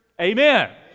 amen